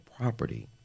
property